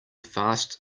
fast